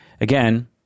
Again